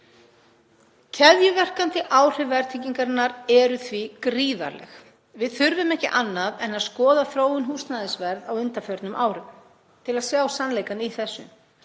Keðjuverkandi áhrif verðtryggingarinnar eru því gríðarleg. Við þurfum ekki annað en að skoða þróun húsnæðisverð á undanförnum árum til að sjá sannleikann í þessu